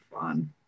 fun